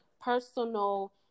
personal